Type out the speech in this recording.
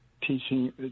Teaching